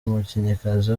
umukinnyikazi